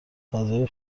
فضای